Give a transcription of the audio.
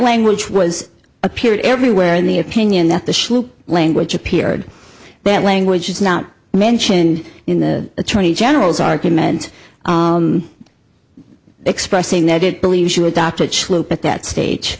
language was appeared everywhere in the opinion that the shoop language appeared that language is not mentioned in the attorney general's argument expressing that it believes you were adopted at that stage